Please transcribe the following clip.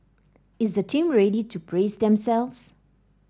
is the team ready to brace themselves